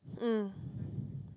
mm